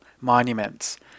monuments